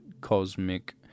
cosmic